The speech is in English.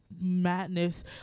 madness